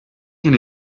can